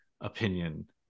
opinion